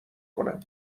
کنم